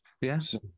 Yes